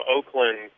Oakland